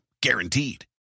Guaranteed